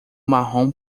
marrom